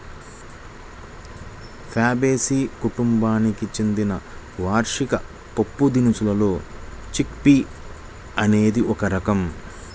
Fabaceae కుటుంబానికి చెందిన వార్షిక పప్పుదినుసుల్లో చిక్ పీ అనేది ఒక రకం